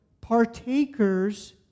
partakers